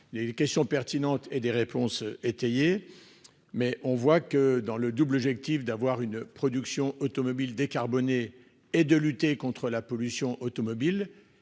Les questions pertinentes et des réponses étayées. Mais on voit que dans le double objectif d'avoir une production automobile décarboné et de lutter contre la pollution automobile.